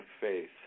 faith